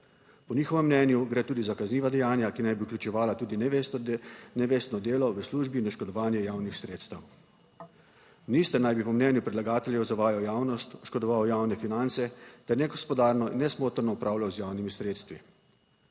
po njihovem mnenju gre tudi za kazniva dejanja, ki naj bi vključevala tudi nevestno delo v službi in oškodovanje javnih sredstev. Minister naj bi po mnenju predlagateljev zavajal javnost, oškodoval javne finance ter negospodarno in nesmotrno upravljal z javnimi sredstvi.